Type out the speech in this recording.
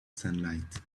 sunlight